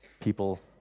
people